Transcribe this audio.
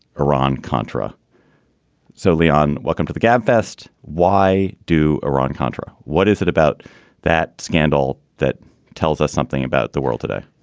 iran-contra. so, leon, welcome to the gab fest. why do iran-contra. what is it about that scandal that tells us something about the world today?